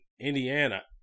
Indiana